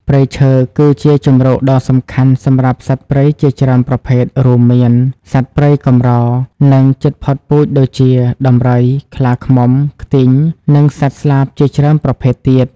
ព្រៃឈើគឺជាជម្រកដ៏សំខាន់សម្រាប់សត្វព្រៃជាច្រើនប្រភេទ រួមមាន សត្វព្រៃកម្រ និងជិតផុតពូជដូចជា ដំរី ខ្លាឃ្មុំ ខ្ទីង និងសត្វស្លាបជាច្រើនប្រភេទទៀត។